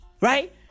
right